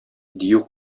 дию